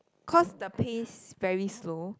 cause the pace's very slow